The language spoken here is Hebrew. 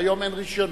והיום אין רשיונות,